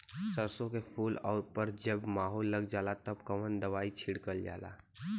सरसो के फूल पर जब माहो लग जाला तब कवन दवाई छिड़कल जाला?